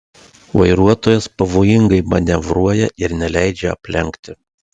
vairuotojas pavojingai manevruoja ir neleidžia aplenkti